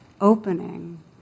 opening